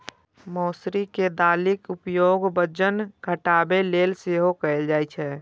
मौसरी के दालिक उपयोग वजन घटाबै लेल सेहो कैल जाइ छै